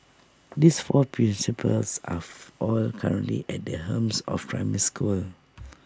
these four principals are of all currently at the helm of primary schools